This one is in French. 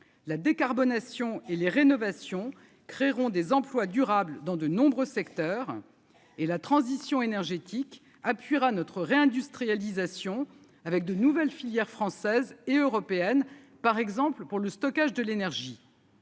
la décarbonation et les rénovations créeront des emplois durables dans de nombreux secteurs, et la transition énergétique appuiera notre réindustrialisation avec de nouvelles filières françaises et européennes, par exemple pour le stockage de l'énergie.